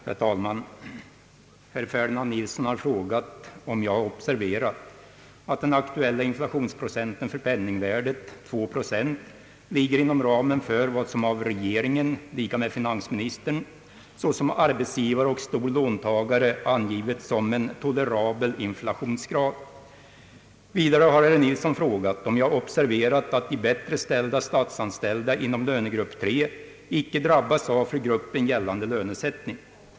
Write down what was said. Herr talman! Herr Ferdinand Nilsson har frågat om jag har observerat att den aktuella inflationsprocenten för penningvärdet ligger inom ramen för vad som av regeringen såsom arbetsgivare och stor låntagare angivits som en »tolerabel» inflationsgrad. Vidare har herr Nilsson frågat om jag har observerat att de bättre ställda statsanställda inom lönegrupp 3 icke drabbas av för gruppen gällande lönesättning.